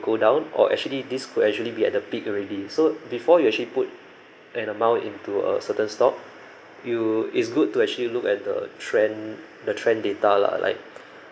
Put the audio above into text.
go down or actually this could actually be at the peak already so before you actually put an amount into a certain stock you it's good to actually look at the trend the trend data lah like